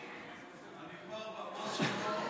אני כבר בא, משה.